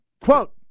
Quote